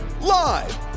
Live